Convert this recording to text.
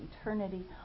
eternity